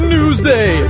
Newsday